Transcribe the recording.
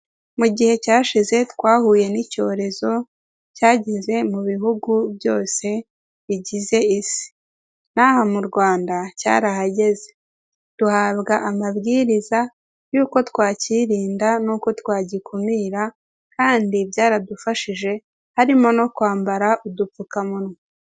Mu gihe cyashize twahuye n'icyorezo cyageze mu bihugu byose bigize isi, n'aha mu Rwanda cyarahageze duhabwa amabwiriza y'uko twakirinda n'uko twagikumira, kandi byaradufashije, harimo no kwambara udupfukamunwa.